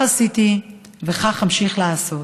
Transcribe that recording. כך עשיתי וכך אמשיך לעשות.